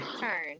turn